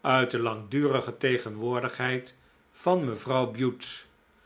uit de langdurige tegenwoordigheid van mevrouw bute